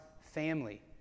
family